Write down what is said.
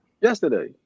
yesterday